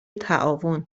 تعاون